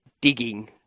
digging